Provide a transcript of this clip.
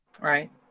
right